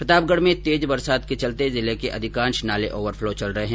प्रतापगढ में तेज बरसात के चलते जिले के अधिकांश नाले ऑवर फ्लो चल रहे है